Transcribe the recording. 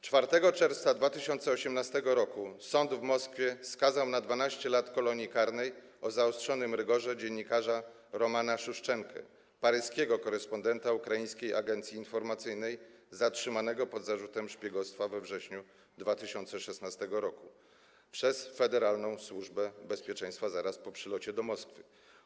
4 czerwca 2018 r. sąd w Moskwie skazał na 12 lat kolonii karnej o zaostrzonym rygorze dziennikarza Romana Suszczenkę - paryskiego korespondenta ukraińskiej agencji informacyjnej, zatrzymanego pod zarzutem szpiegostwa we wrześniu 2016 r. przez Federalną Służbę Bezpieczeństwa zaraz po przylocie do Moskwy.